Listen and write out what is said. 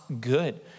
good